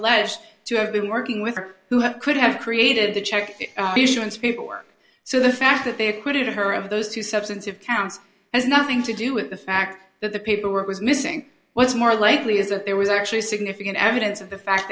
unless you have been working with her who have could have created the check visions paperwork so the fact that they acquitted her of those two substantive counts has nothing to do with the fact that the paperwork was missing what's more likely is that there was actually significant evidence of the fact